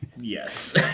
Yes